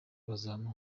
bazampa